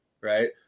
Right